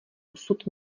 osud